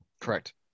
Correct